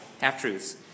Half-truths